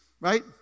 right